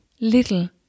little